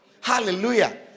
hallelujah